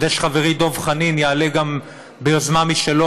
אני יודע שחברי דב חנין יעלה גם ביוזמה משלו,